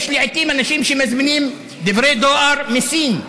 יש לעיתים אנשים שמזמינים דברי דואר מסין,